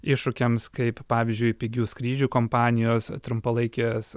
iššūkiams kaip pavyzdžiui pigių skrydžių kompanijos trumpalaikės